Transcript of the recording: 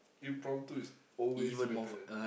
impromptu is always better